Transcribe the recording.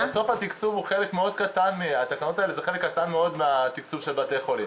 התקנות האלה זה חלק קטן מאוד מהתקצוב של בתי חולים.